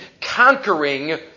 conquering